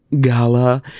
gala